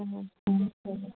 ம் ம் ம்